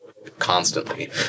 constantly